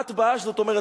אתב"ש זאת אומרת,